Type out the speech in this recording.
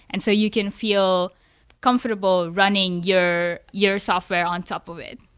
and so you can feel comfortable running your your software on top of it.